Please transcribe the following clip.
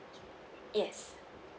yes